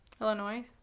Illinois